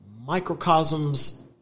microcosms